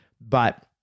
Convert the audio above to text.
But-